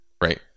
right